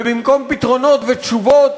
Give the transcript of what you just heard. ובמקום פתרונות ותשובות